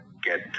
get